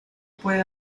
puede